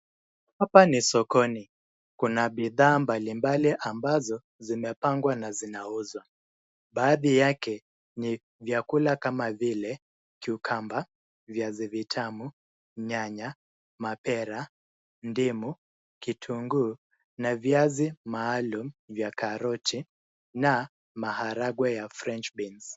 Hapa ni sokoni kuna bidhaa mbalimbali ambazo zimepangwa na zinauzwa baadhi yake ni vyakula kama vile cucumber , viazi vitamu, nyanya, mapera, ndimu, kitunguu na viazi maalum vya karoti na maharagwe ya french beans .